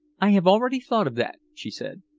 i have already thought of that, she said.